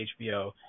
HBO